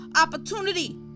opportunity